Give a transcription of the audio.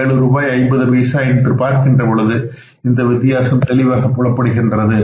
50 ரூபாய் என பார்க்கின்ற பொழுது இந்த வித்தியாசம் தெளிவாகப் புலப்படுகிறது